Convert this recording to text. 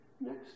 next